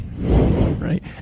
Right